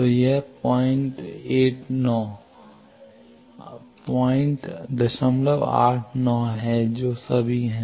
तो यह 089 है जो सभी है